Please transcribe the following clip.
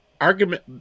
argument